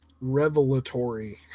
Revelatory